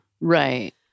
right